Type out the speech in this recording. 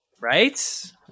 Right